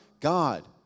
God